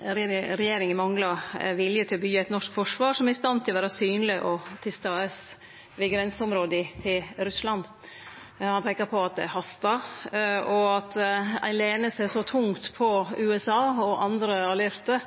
regjeringa manglar vilje til å byggje eit norsk forsvar som er i stand til å vere synleg og til stades ved grenseområda til Russland. Han peiker på at det hastar, og at ein lener seg så tungt på USA og andre allierte